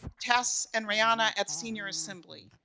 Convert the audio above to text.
tess and rihanna at senior assembly,